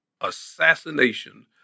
assassination